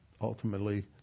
ultimately